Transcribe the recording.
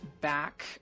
back